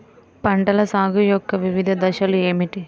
పంటల సాగు యొక్క వివిధ దశలు ఏమిటి?